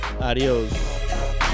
Adios